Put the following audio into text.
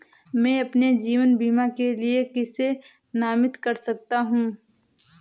मैं अपने जीवन बीमा के लिए किसे नामित कर सकता हूं?